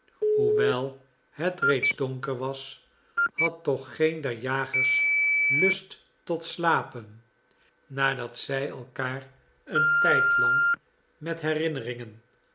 hoewel het reeds donker was had toch geen der jagers lust tot slapen nadat zij elkaar een tijdlang met herinneringen